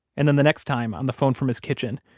and then the next time, on the phone from his kitchen,